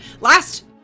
last